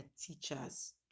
teachers